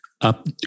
up